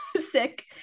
sick